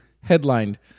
headlined